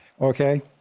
okay